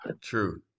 true